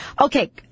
Okay